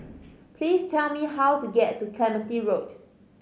please tell me how to get to Clementi Road